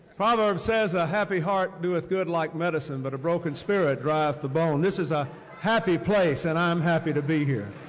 proverbs says, a happy heart doeth good like medicine, but a broken spirit dryeth the bone. this is a happy place and i am happy to be here.